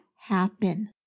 happen